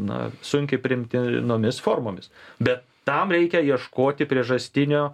na sunkiai priimtinomis formomis bet tam reikia ieškoti priežastinio